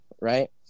right